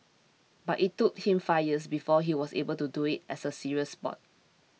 but it took him five years before he was able to do it as a serious sport